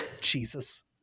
Jesus